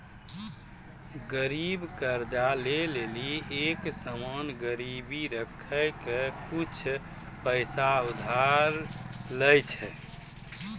गरीब कर्जा ले लेली एक सामान गिरबी राखी के कुछु पैसा उधार लै छै